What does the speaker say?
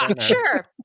sure